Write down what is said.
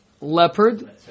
leopard